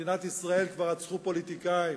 במדינת ישראל כבר רצחו פוליטיקאים.